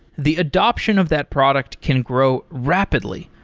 the adoption of that product can grow rapidly,